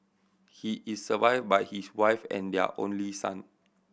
he is survived by his wife and their only son